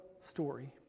story